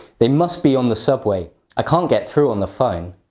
they must be on the subway i can't get through on the phone.